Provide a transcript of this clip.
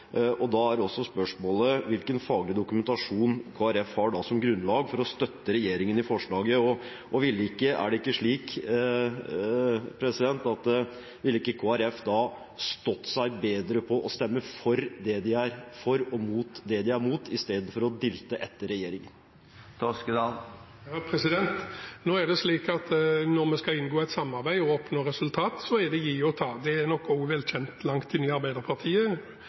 mål. Da er spørsmålet hvilken faglig dokumentasjon Kristelig Folkeparti har som grunnlag for å støtte regjeringen i forslaget. Ville ikke Kristelig Folkeparti da stått seg bedre på å stemme for det de er for og mot det de er mot, istedenfor å dilte etter regjeringen? Nå er det slik at når vi inngår et samarbeid og skal oppnå resultater, er det å gi og ta. Det er nok også velkjent langt inn i Arbeiderpartiet, men kanskje mer kjent i de